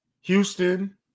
Houston